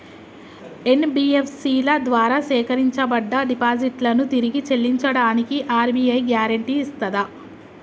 NBFC ల ద్వారా సేకరించబడ్డ డిపాజిట్లను తిరిగి చెల్లించడానికి ఆర్.బి.ఐ గ్యారెంటీ ఇస్తదా?